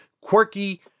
quirky